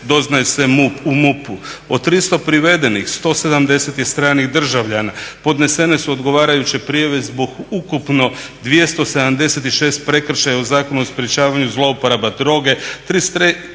doznaje se u MUP-u. Od 300 privedenih 170 je stranih državljana. Podnesene su odgovarajuće prijave zbog ukupno 276 prekršaja u Zakonu o sprječavanju zlouporabu droge,